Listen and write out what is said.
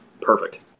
perfect